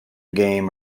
game